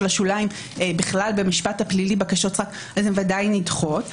השוליים בכלל במשפט הפלילי בקשות סרק הן ודאי נדחות.